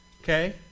okay